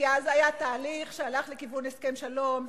כי אז היה תהליך שהלך לכיוון הסכם שלום,